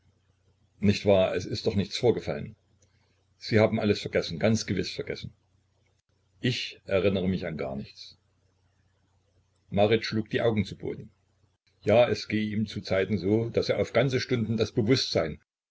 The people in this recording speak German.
nicht wahr es ist doch nichts vorgefallen sie haben alles vergessen ganz gewiß vergessen ich erinnere mich an gar nichts marit schlug die augen zu boden ja es gehe ihm zu zeiten so daß er auf ganze stunden das bewußtsein